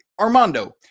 Armando